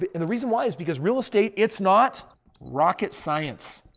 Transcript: but and the reason why is because real estate it's not rocket science.